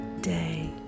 day